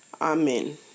Amen